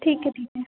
ठीक है ठीक है